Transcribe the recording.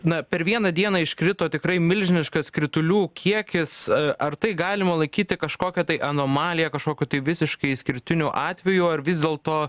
na per vieną dieną iškrito tikrai milžiniškas kritulių kiekis ar tai galima laikyti kažkokia tai anomalija kažkokiu tai visiškai išskirtiniu atveju ar vis dėlto